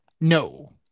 No